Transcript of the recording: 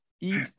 Eat